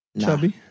Chubby